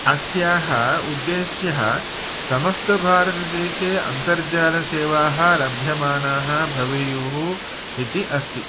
अस्याः उद्देश्यः समस्तभारतदेशे अन्तर्जालसेवाः लभ्यमानाः भवेयुः इति अस्ति